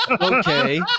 Okay